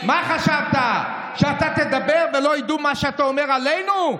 מה חשבת, שאתה תדבר ולא ידעו מה שאתה אומר עלינו?